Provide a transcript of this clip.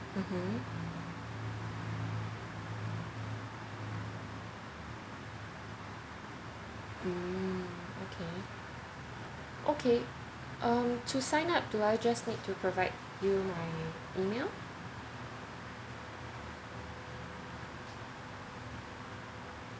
mmhmm um okay okay um to sign up do I just need to provide you my email